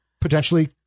Potentially